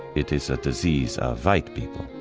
it is a disease of white people.